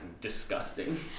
disgusting